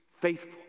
faithful